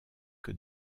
que